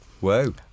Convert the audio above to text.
Whoa